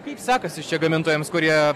kaip sekasi čia gamintojams kurie